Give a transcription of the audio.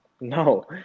No